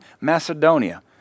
Macedonia